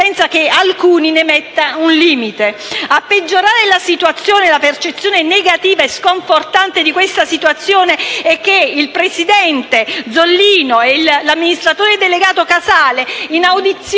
senza che alcuno metta un limite. A peggiorare la situazione e la percezione negativa e sconfortante di questa situazione è il fatto che il presidente Zollino e l'amministratore delegato Casale, sentiti